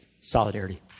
Solidarity